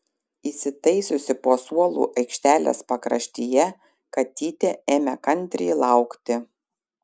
įsitaisiusi po suolu aikštelės pakraštyje katytė ėmė kantriai laukti